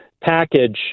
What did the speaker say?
package